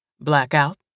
Blackout